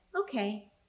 okay